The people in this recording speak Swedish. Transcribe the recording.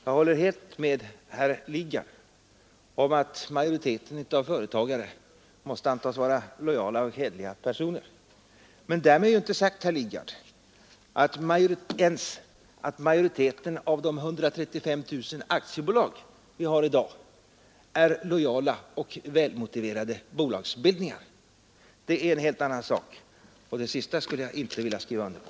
Jag håller helt med herr Lidgard om att majoriteten av företagare måste antas vara lojala och hederliga personer. Men därmed är inte sagt, herr Lidgard, att ens majoriteten av de 135 000 aktiebolag vi i dag har är lojala och välmotiverade bolagsbildningar. Det är en helt annan sak. Det sista skulle jag inte vilja skriva under på.